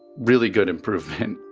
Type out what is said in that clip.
really good improvement